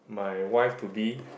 my wife to be